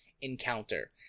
encounter